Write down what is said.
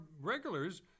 regulars